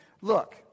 look